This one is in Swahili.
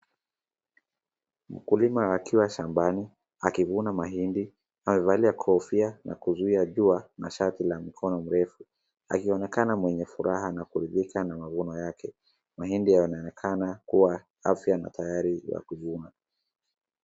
Mkulima akiwa shambani akivuna mahindi. Amevalia kofia na kuzuia jua na shati la mikono mirefu. Akionekana mwenye furaha na kuridhika na mavuno yake. Mahindi yanaonekana kuwa afya na tayari ya kuvunwa.